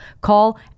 Call